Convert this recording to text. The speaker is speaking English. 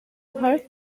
hard